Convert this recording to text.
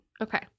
Okay